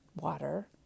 water